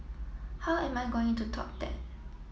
how am I going to top that